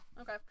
Okay